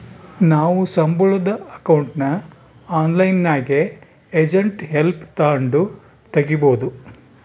ನಾವು ಸಂಬುಳುದ್ ಅಕೌಂಟ್ನ ಆನ್ಲೈನ್ನಾಗೆ ಏಜೆಂಟ್ ಹೆಲ್ಪ್ ತಾಂಡು ತಗೀಬೋದು